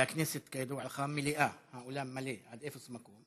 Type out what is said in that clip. והכנסת, כידוע לך, מלאה, האולם מלא עד אפס מקום,